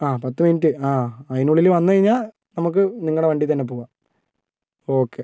ആ പത്ത് മിനിറ്റ് ആ അതിനുള്ളിൽ വന്നു കഴിഞ്ഞാൽ നമുക്ക് നിങ്ങളുടെ വണ്ടിയിൽ തന്നെ പോകാം ഓക്കെ